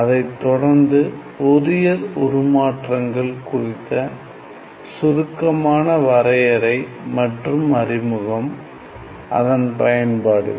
அதைத் தொடர்ந்து ஃபோரியர் உருமாற்றங்கள் குறித்த சுருக்கமான வரையறை மற்றும் அறிமுகம் அதன் பயன்பாடுகள்